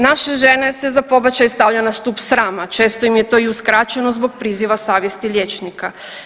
Naše žene se za pobačaj stavlja na stup srama, često im je to i uskraćeno zbog priziva savjesti liječnika.